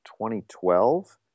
2012